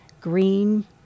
green